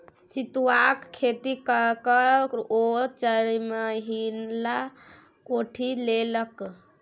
सितुआक खेती ककए ओ चारिमहला ठोकि लेलकै